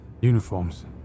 uniforms